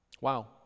Wow